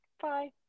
Bye